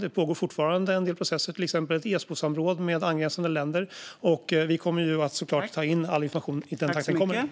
Det pågår fortfarande en del processer, till exempel Esbosamråd med angränsande länder, och vi kommer såklart att ta in all information i den takt som den kommer.